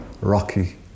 rocky